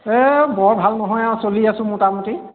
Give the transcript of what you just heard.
এই বৰ ভাল নহয় আৰু চলি আছোঁ মোটামুটি